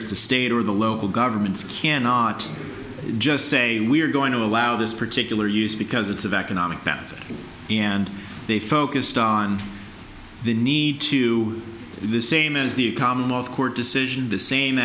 it's the state or the local governments cannot just say we're going to allow this particular use because it's of economic benefit and they focused on the need to do the same as the commonwealth court decision the same